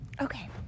Okay